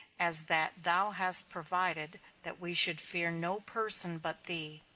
as that thou hast provided that we should fear no person but thee,